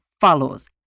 follows